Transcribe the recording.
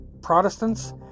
Protestants